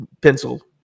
pencil